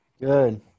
Good